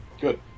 Good